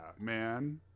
man